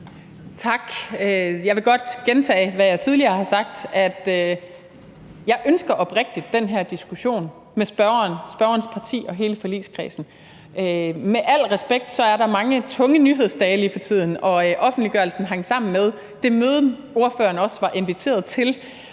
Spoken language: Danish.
Tak. Jeg vil godt gentage, hvad jeg tidligere har sagt, nemlig at jeg oprigtigt ønsker den her diskussion med spørgeren, spørgerens parti og hele forligskredsen. Sagt med al respekt er der mange tunge nyhedsdage lige for tiden, og offentliggørelsen hang sammen med det møde, spørgeren også var inviteret til.